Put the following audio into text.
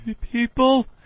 people